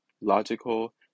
Logical